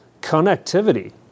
connectivity